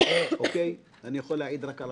אין איזון מושלם.